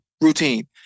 Routine